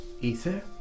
Ether